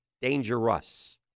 Dangerous